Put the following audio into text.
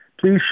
Please